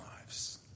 lives